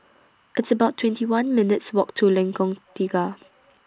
It's about twenty one minutes' Walk to Lengkong Tiga